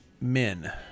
Men